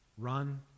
Run